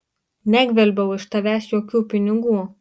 negvelbiau iš tavęs jokių pinigų